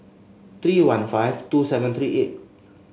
three one five two seven three eight